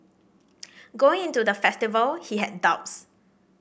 going into the festival he had doubts